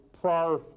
prior